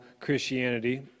Christianity